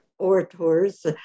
orators